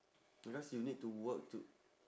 because you need to work to